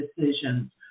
decisions